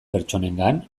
pertsonengan